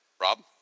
rob